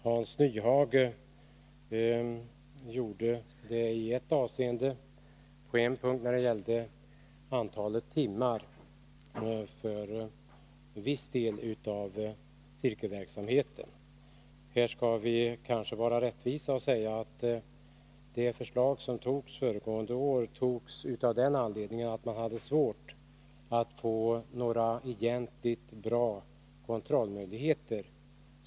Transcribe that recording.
Hans Nyhage gjorde det i ett avseende, nämligen när det gällde antalet timmar för viss del av cirkelverksamheten. Här skall vi kanske vara rättvisa och säga att förslaget föregående år väcktes av den anledningen att man inte hade några bra kontrollmöjligheter.